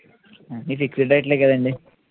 అన్నీ లిక్విడ్ డైట్లు కదండి